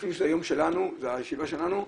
אפילו שזה היום שלנו, הישיבה שלנו,